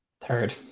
Third